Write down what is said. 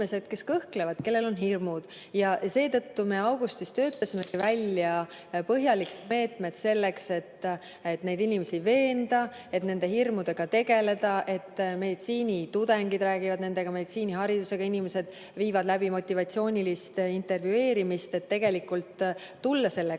Seetõttu me augustis töötasimegi välja põhjalikud meetmed selleks, et neid inimesi veenda, nende hirmudega tegeleda. Meditsiinitudengid räägivad nendega, meditsiiniharidusega inimesed viivad läbi motivatsioonilist intervjueerimist, et tulla sellega toime.